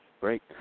great